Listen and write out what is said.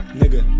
nigga